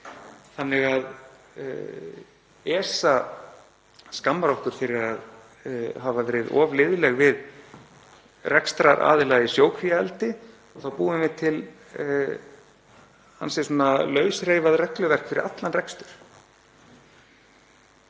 rekstur. ESA skammar okkur fyrir að hafa verið of liðleg við rekstraraðila í sjókvíaeldi og þá búum við til ansi lausreifað regluverk fyrir allan rekstur.